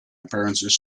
appearances